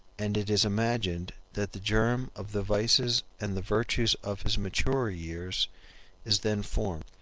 and it is imagined that the germ of the vices and the virtues of his maturer years is then formed.